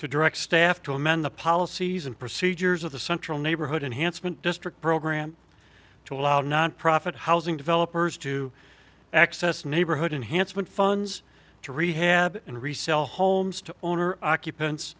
to direct staff to amend the policies and procedures of the central neighborhood enhanced mint district program to allow nonprofit housing developers to access neighborhood enhanced but funds to rehab and resell homes to owner occupant